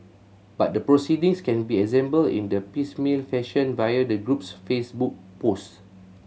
but the proceedings can be assembled in a piecemeal fashion via the group's Facebook post